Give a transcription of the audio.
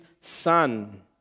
son